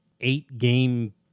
eight-game